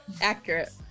Accurate